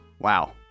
Wow